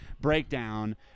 breakdown